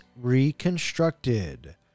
reconstructed